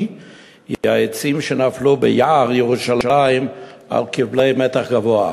הוא העצים שנפלו ביער ירושלים על כבלי מתח גבוה.